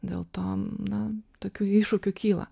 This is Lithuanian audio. dėl to na tokių iššūkių kyla